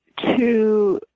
to